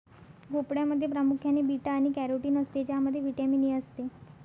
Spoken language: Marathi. भोपळ्यामध्ये प्रामुख्याने बीटा आणि कॅरोटीन असते ज्यामध्ये व्हिटॅमिन ए असते